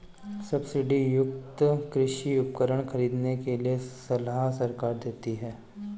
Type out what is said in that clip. subsidy युक्त कृषि उपकरण खरीदने के लिए सलाह सरकार देती है